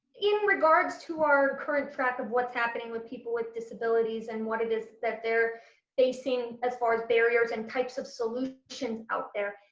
in regards to our current track of what's happening with people with disabilities and what it is that they're facing as far as barriers and types of solutions out there.